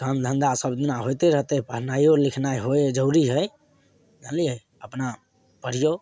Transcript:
काम धन्धा सब दिना होइते रहतै पढ़नाइयो लिखनाइ होइ हइ जरूरी हइ जानलियै अपना पढ़ियौ